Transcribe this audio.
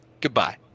Goodbye